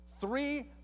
Three